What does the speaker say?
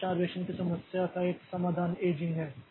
तो स्टारवेशन की समस्या का एक समाधान एजिंग है